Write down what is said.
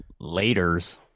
laters